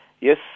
yes